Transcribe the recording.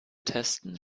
testen